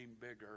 bigger